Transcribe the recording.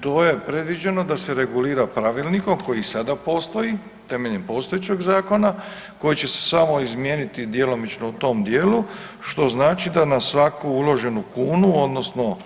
To je predviđeno da se regulira pravilnikom koji sada postoji, temeljem postojećeg zakona, koji će se samo izmijeniti djelomično u tom dijelu, što znači da na svaku uloženu kunu, odnosno